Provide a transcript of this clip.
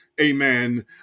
amen